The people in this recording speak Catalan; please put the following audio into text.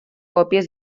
còpies